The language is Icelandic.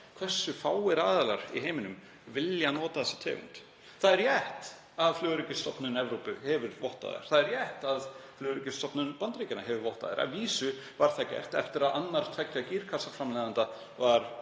hversu fáir í heiminum vilja nota þessa tegund? Það er rétt að Flugöryggisstofnun Evrópu hefur vottað þær. Það er rétt að Flugöryggisstofnun Bandaríkjanna hefur vottað þær. Að vísu var það gert eftir að annar tveggja gírkassaframleiðanda var